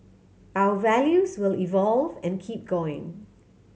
our values will evolve and keep going